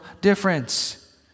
difference